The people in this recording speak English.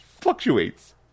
fluctuates